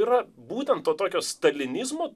yra būtent to tokio stalinizmo